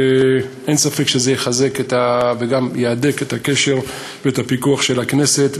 ואין ספק שזה יחזק וגם יהדק את הקשר ואת הפיקוח של הכנסת,